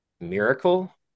Miracle